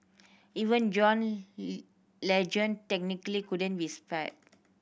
even John Legend technically couldn't be spared